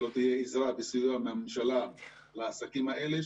ולא תהיה עזרה וסיוע מהממשלה לעסקים האלה,